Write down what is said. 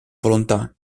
volontà